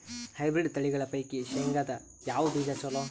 Hybrid ತಳಿಗಳ ಪೈಕಿ ಶೇಂಗದಾಗ ಯಾವ ಬೀಜ ಚಲೋ?